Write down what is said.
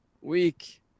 Week